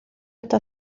está